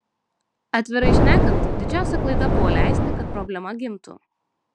atvirai šnekant didžiausia klaida buvo leisti kad problema gimtų